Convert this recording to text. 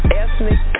ethnic